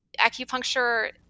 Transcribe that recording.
Acupuncture